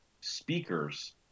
speakers